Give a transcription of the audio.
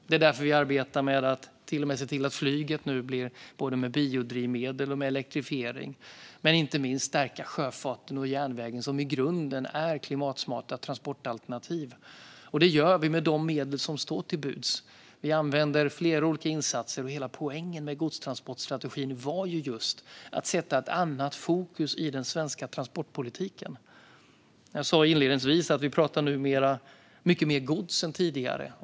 Det är därför vi arbetar med att se till att till och med flyget börjar med både biodrivmedel och elektrifiering. Inte minst ska vi stärka sjöfarten och järnvägen, som i grunden är klimatsmarta transportalternativ. Det gör vi med de medel som står till buds. Vi använder flera olika insatser, och hela poängen med godstransportstrategin var att sätta ett annat fokus i den svenska transportpolitiken. Jag sa inledningsvis att vi numera pratar mycket mer gods än tidigare.